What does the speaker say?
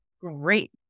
great